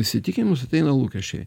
įsitikinimus ateina lūkesčiai